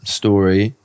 story